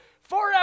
Forever